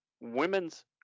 women's